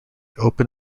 open